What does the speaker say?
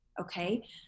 Okay